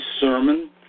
sermon